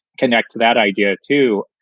connect to that idea, too,